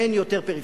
אין יותר פריפריה.